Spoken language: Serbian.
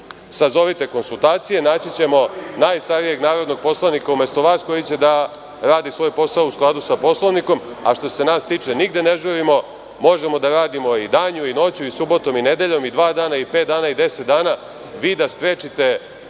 sazovite konsultacije, naći ćemo najstarijeg narodnog poslanika umesto vas koji će da radi svoj posao u skladu sa Poslovnikom, a što se nas tiče nigde se ne žurimo, možemo da radimo i danju i noću i subotom i nedeljom, i dva dana i pet dana i 10 dana, vi da sprečite